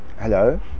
Hello